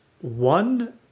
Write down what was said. one